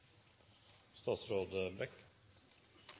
statsråd